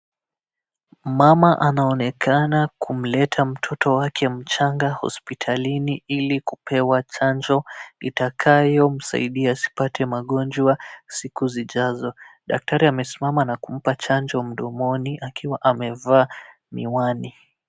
Mama anaonekana kumleta mtoto wake mchanga hospitalini ili kupewa chanjo itakayomsaidia asipate magonjwa siku zijazo. Daktari amesimama na kumpa chanjo mdomoni akiwa amevaa miwani.